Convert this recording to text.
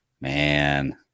man